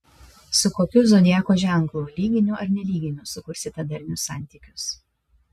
su kokiu zodiako ženklu lyginiu ar nelyginiu sukursite darnius santykius